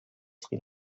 sri